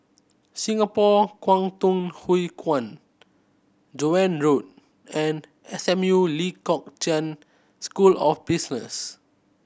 Singapore Kwangtung Hui Kuan Joan Road and S M U Lee Kong Chian School of Business